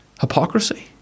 Hypocrisy